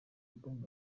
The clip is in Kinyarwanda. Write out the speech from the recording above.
album